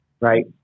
right